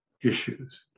issues